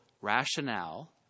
rationale